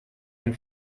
dem